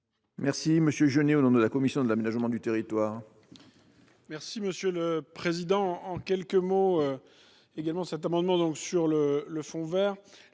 par M. Genet, au nom de la commission de l’aménagement du territoire